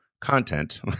content